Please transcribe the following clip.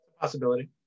possibility